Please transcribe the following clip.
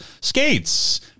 skates